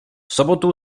sobotu